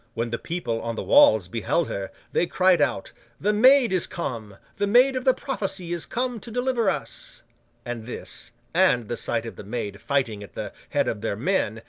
when the people on the walls beheld her, they cried out the maid is come! the maid of the prophecy is come to deliver us and this, and the sight of the maid fighting at the head of their men,